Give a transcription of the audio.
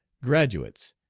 graduates,